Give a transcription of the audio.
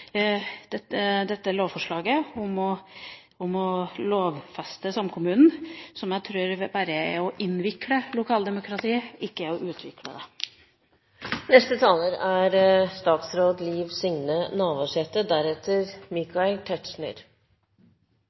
lovforslaget om å lovfeste samkommunen, som jeg tror bare er å innvikle lokaldemokratiet, ikke å utvikle det. Eg er